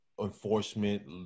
enforcement